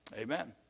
Amen